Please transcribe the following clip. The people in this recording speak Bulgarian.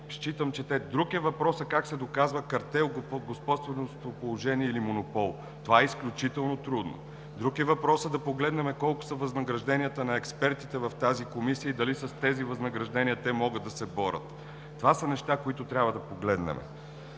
считам, че те… Друг е въпросът как се доказва картел в господствено положение или монопол. Това е изключително трудно. Друг е въпросът да погледнем колко са възнагражденията на експертите в тази комисия и дали с тези възнаграждения те могат да се борят. Това са неща, които трябва да погледнем.